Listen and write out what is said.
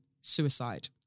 suicide